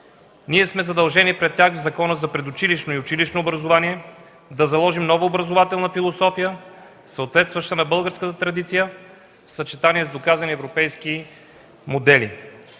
Ние сме задължени пред тях в Закона за предучилищното и училищното образование да заложим нова образователна философия, съответстваща на българската традиция, в съчетание с доказани европейски модели.